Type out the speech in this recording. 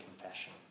confession